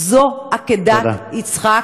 זו עקדת יצחק,